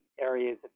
areas